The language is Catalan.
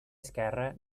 esquerra